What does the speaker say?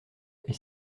est